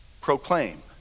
Proclaim